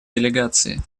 делегации